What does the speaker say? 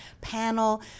panel